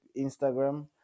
Instagram